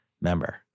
member